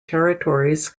territories